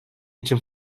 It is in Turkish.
için